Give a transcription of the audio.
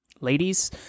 ladies